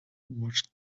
watched